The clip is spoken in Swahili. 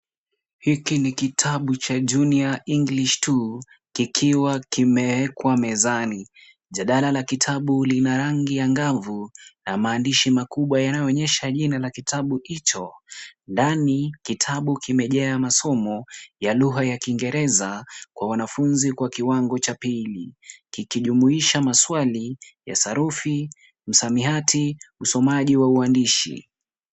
Hiki ni kitabu Cha Junior English 2(cs) kikiwa kimeekwa mezani ,jadala la kitabu Lina rangi ya ngavu na maandishi makubwa yanayoonyesha jina la kitabu hicho . Ndani kitabu kimejaa masomo ya lugha ya kiingereza kwa wanafunzi kwa kiwango Cha pili. Kikijumuisha maswali ya sarufi ,msamiati usomaji wa uandishi.